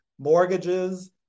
mortgages